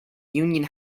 union